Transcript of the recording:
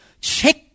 Check